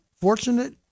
fortunate